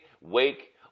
Wake